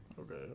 Okay